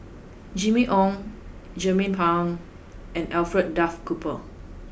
Jimmy Ong Jernnine Pang and Alfred Duff Cooper